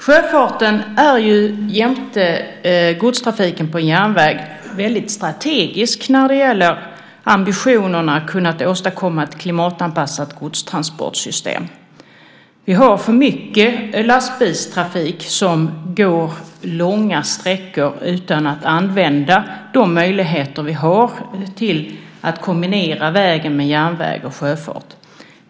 Sjöfarten är jämte godstrafiken på järnväg väldigt strategisk när det gäller ambitionen att kunna åstadkomma ett klimatanpassat godstransportsystem. Vi har för mycket lastbilstrafik som går långa sträckor utan att använda de möjligheter vi har att kombinera vägen med järnväg och sjöfart.